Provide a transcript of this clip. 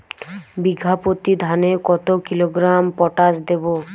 বিঘাপ্রতি ধানে কত কিলোগ্রাম পটাশ দেবো?